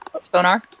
sonar